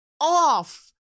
off